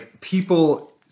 people